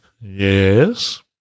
Yes